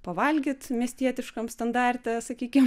pavalgyt miestietiškam standarte sakykim